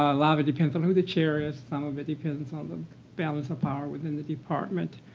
a lot of it depends on who the chair is. some of it depends on the balance of power within the department.